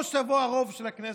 או שיבוא הרוב של הכנסת,